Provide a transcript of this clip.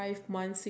okay